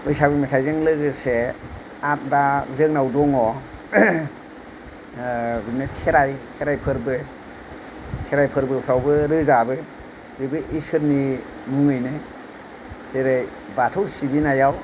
बैसागु मेथाइ जों लोगोसे आरो दा जोंनाव दङ बिदिनो खेराइ खेराइ फोरबो खेराइ फोरबोफ्रावबो रोजाबो बेबो इसोरनि मुङैनो जेरै बाथौ सिबिनायाव